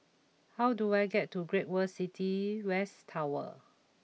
how do I get to Great World City West Tower